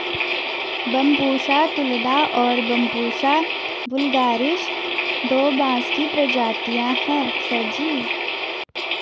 Bambusa tulda और Bambusa vulgaris दो बांस की प्रजातियां हैं सर जी